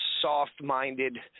soft-minded